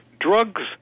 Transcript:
drugs